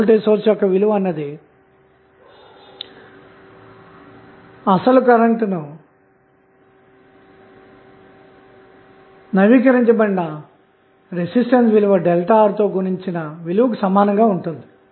ఈ voltage source యొక్క విలువ అన్నదిఅసలు కరెంటు ను నవీకరించబడిన రెసిస్టెన్స్ విలువ ΔR తో గుణించిన విలువకు సమానంగా ఉంటుంది